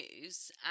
News